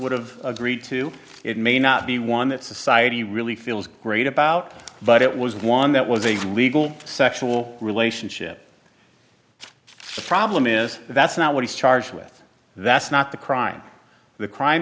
would've agreed to it may not be one that society really feels great about but it was one that was a legal sexual relationship problem is that's not what he's charged with that's not the crime the crime